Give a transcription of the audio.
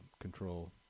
control